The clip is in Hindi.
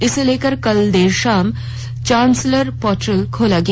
इसे लेकर कल देर शाम चांसलर पोर्टल खोला गया